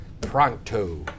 pronto